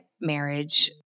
marriage